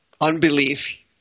unbelief